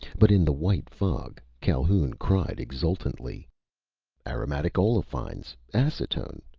but in the white fog calhoun cried exultantly aromatic olefines! acetone!